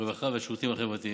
הרווחה והשירותים החברתיים.